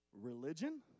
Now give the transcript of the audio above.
religion